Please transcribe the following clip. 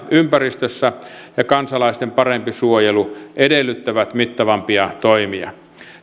ympäristössä ja kansalaisten parempi suojelu edellyttävät mittavampia toimia